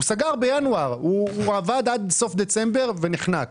הוא עבד עד סוף דצמבר ונחנק,